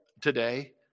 today